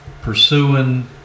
pursuing